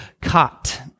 caught